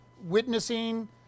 witnessing